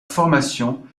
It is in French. formation